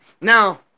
Now